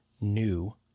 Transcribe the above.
new